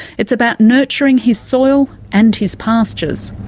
it's about nurturing his soil and his pastures.